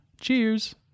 Cheers